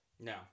No